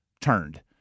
turned